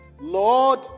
Lord